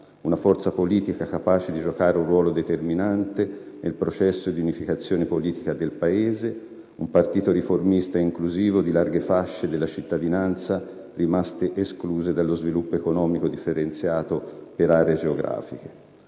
una forza politica capace di giocare un ruolo determinante nel processo di unificazione politica del Paese; un partito riformista ed inclusivo di larghe fasce della cittadinanza rimaste escluse dallo sviluppo economico differenziato per aree geografiche.